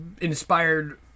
inspired